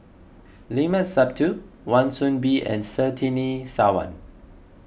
Limat Sabtu Wan Soon Bee and Surtini Sarwan